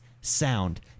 sound